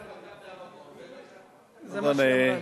הנמקה מהמקום זה דקה.